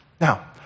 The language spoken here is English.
Now